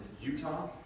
Utah